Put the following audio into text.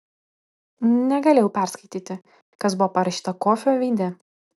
negalėjau perskaityti kas buvo parašyta kofio veide